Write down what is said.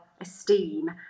esteem